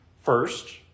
First